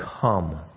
come